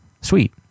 sweet